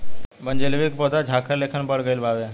बनजीलेबी के पौधा झाखार लेखन बढ़ गइल बावे